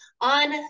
on